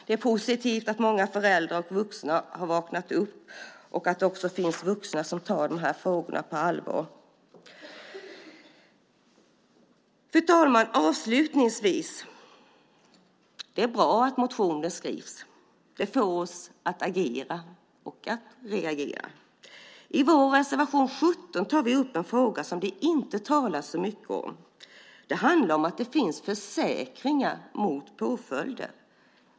Det är positivt att många föräldrar och vuxna har vaknat upp och att det också finns vuxna som tar de här frågorna på allvar. Fru talman! Avslutningsvis vill jag säga att det är bra att motioner skrivs. De får oss att agera och att reagera. I vår reservation 17 tar vi upp en fråga som det inte talas så mycket om. Den handlar om att det finns försäkringar mot påföljder.